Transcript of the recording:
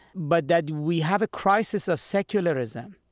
but that we have a crisis of secularism,